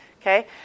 Okay